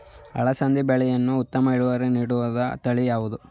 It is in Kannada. ಅಲಸಂದಿ ಬೆಳೆಯಲ್ಲಿ ಉತ್ತಮ ಇಳುವರಿ ನೀಡುವ ತಳಿ ಯಾವುದು?